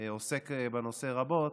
עוסק בנושא רבות,